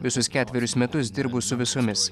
visus ketverius metus dirbu su visomis